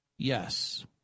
Yes